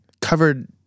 covered